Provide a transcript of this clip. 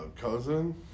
cousin